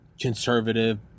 conservative